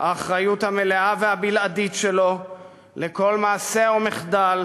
האחריות המלאה והבלעדית שלו לכל מעשה ומחדל.